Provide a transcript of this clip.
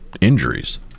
injuries